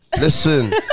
Listen